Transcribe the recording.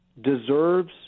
deserves